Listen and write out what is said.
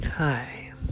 hi